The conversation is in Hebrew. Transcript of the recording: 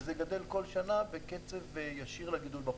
וזה גדל כל שנה ביחס ישיר לגידול באוכלוסייה,